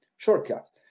shortcuts